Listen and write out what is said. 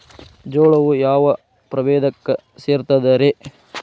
ಜೋಳವು ಯಾವ ಪ್ರಭೇದಕ್ಕ ಸೇರ್ತದ ರೇ?